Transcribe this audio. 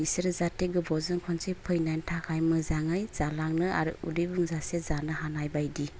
बिसोरो जाहाथे गोबावजों खनसे फैनायनि थाखाय मोजाङै जालाङो आरो उदै बुंजासे जानो हानाय बायदि